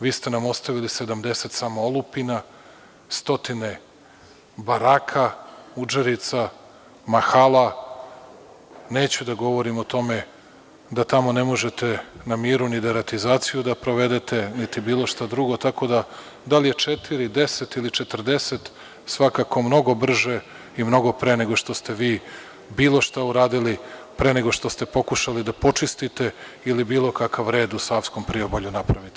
Vi ste nam ostavili 70 samo olupina, stotine baraka, udžerica, mahala, neću da govorim o tome da tamo ne možete na miru ni deratizaciju da provedete, niti bilo šta drugo, tako da da li je četiri, deset ili 40, svakako mnogo brže i mnogo pre nego što ste vi bilo šta uradili, pre nego što ste pokušali da počistite ili bilo kakav red u savskom priobalju napravite.